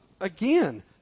again